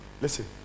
listen